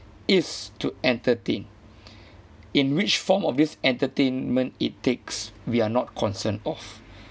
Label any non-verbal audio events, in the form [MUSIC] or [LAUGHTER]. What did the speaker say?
is to entertain [BREATH] in which form of this entertainment it takes we are not concerned of